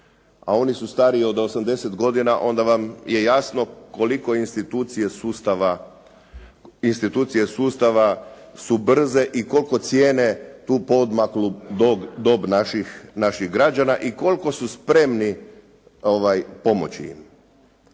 a oni su stariji od 80 godina, a onda vam je jasno koliko institucije sustava su brze i koliko cijene tu poodmaklu dob naših građana i koliko su spremni pomoći im.